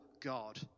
God